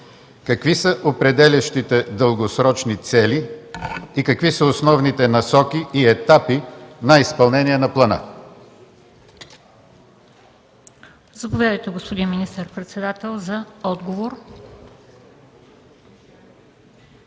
какви са определящите дългосрочни цели и какви са основните насоки и етапи на изпълнение на плана?